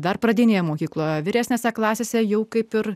dar pradinėje mokykloje vyresnėse klasėse jau kaip ir